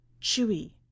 chewy